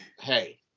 hey